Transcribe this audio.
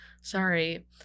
sorry